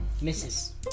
Misses